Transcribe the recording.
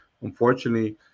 unfortunately